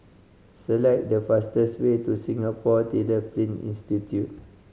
select the fastest way to Singapore Tyler Print Institute